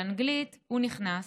הוא נכנס,